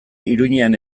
iruñean